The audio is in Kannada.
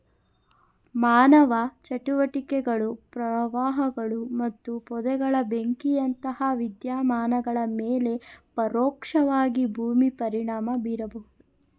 ಮಾನವ ಚಟುವಟಿಕೆಗಳು ಪ್ರವಾಹಗಳು ಮತ್ತು ಪೊದೆಗಳ ಬೆಂಕಿಯಂತಹ ವಿದ್ಯಮಾನಗಳ ಮೇಲೆ ಪರೋಕ್ಷವಾಗಿ ಭೂಮಿ ಪರಿಣಾಮ ಬೀರಬಹುದು